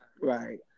right